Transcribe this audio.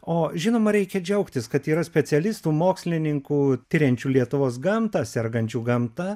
o žinoma reikia džiaugtis kad yra specialistų mokslininkų tiriančių lietuvos gamtą sergančių gamta